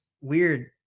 weird